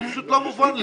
פשוט לא מובן לי.